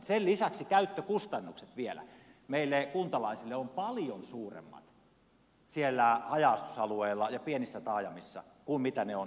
sen lisäksi käyttökustannukset vielä meille kuntalaisille ovat paljon suuremmat siellä haja asutusalueella ja pienissä taajamissa kuin isoissa